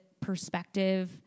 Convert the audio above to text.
perspective